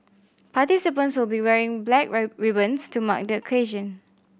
participants will be wearing black ribbons to mark the occasion